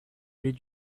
did